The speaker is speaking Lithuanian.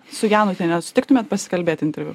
su janutiene susitiktumėt pasikalbėt interviu